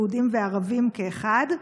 יהודים וערבים כאחד.